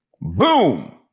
boom